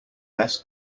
less